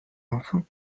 enfants